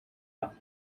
yard